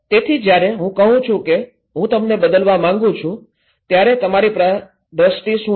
તેથી જયારે હું કહું છું કે હું તમને બદલવા માંગુ છું ત્યારે તમારી દ્રષ્ટિ શું છે